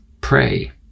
pray